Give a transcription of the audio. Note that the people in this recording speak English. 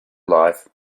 life